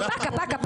פקה,